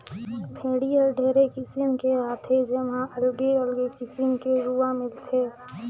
भेड़ी हर ढेरे किसिम के हाथे जेम्हा अलगे अगले किसिम के रूआ मिलथे